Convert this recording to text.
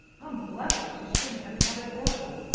i'm blest if she shouldn't have had a dozen.